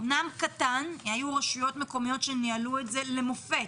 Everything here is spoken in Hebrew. אמנם קטן היו רשויות מקומיות שניהלו את זה למופת,